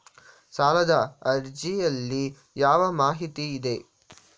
ಸಾಲದ ಅರ್ಜಿಯಲ್ಲಿ ಯಾವ ಮಾಹಿತಿ ಇದೆ?